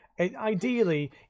ideally